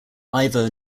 ivor